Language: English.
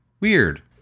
Weird